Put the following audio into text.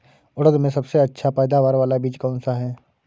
उड़द में सबसे अच्छा पैदावार वाला बीज कौन सा है?